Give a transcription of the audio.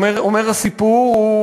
אומר הסיפור,